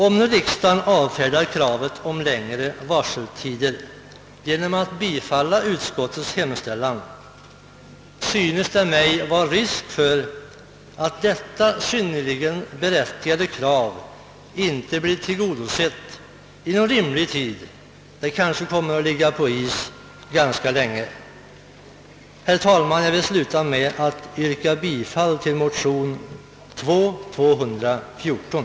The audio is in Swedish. Om nu riksdagen avfärdar kravet på längre varseltider genom att bifalla utskottets hemställan synes det mig föreligga risk för att detta synnerligen berättigade krav inte blir tillgodosett inom rimlig tid; det kanske kommer att ligga på is ganska länge. Herr talman! Jag vill sluta med att yrka bifall till motion II: 214.